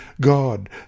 God